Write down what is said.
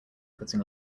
putting